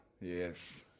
Yes